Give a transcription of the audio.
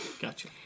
gotcha